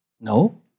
no